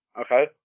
Okay